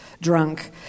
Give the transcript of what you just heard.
drunk